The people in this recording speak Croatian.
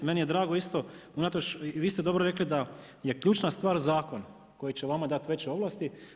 Meni je drago isto, unatoč vi ste dobro rekli da je ključna stvar zakon koji će vama dati veće ovlasti.